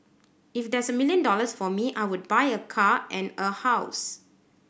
if there's a million dollars for me I would buy a car and a house